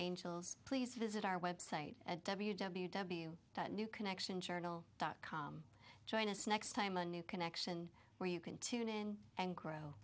angels please visit our website w w w new connection journal dot com join us next time a new connection where you can tune in and grow